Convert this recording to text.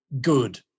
good